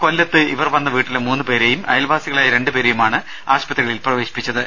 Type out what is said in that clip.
കൊല്ലത്ത് ഇവർ വന്ന വീട്ടിലെ മൂന്നുപേരെയും അയൽവാസികളായ രണ്ടുപേരെയുമാണ് ആശുപത്രികളിൽ പ്രവേശിപ്പിച്ചത്